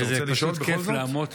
אתה רוצה לשאול בכל זאת?